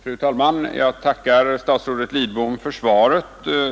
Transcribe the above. Fru talman! Jag ber att få tacka statsrådet Lidbom för svaret på min enkla fråga.